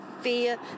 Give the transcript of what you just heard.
fear